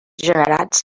generats